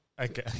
Okay